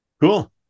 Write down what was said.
Cool